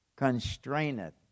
constraineth